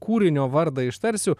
kūrinio vardą ištarsiu